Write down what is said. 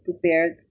prepared